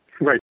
Right